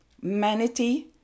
Manatee